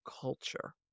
culture